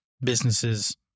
businesses